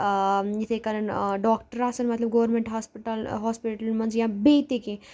یِتھَے کَن ڈاکٹر آسان مطلب گورمینٹ ہاسپِٹَل ہاسپِٹلَن منٛز یا بیٚیہِ تہِ کینٛہہ